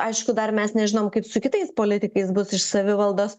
aišku dar mes nežinom kaip su kitais politikais bus iš savivaldos